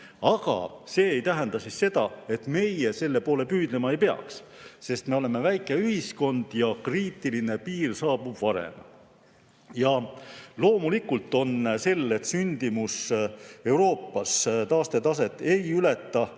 Aga see ei tähenda seda, et meie selle poole püüdlema ei peaks. Me oleme väike ühiskond ja kriitiline piir saabub varem. Loomulikult on sel, et sündimus Euroopas taastetaset ei ületa,